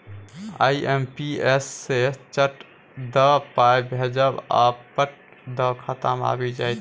IMPS सँ चट दअ पाय भेजब आ पट दअ खाता मे आबि जाएत